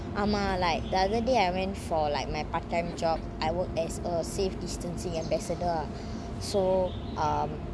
ஆமா:ama like the other day I went for like my part-time job I work as a safe distancing ambassador ah so um